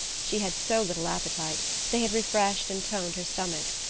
she had so little appetite they had refreshed and toned her stomach.